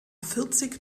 vierzig